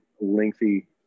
lengthy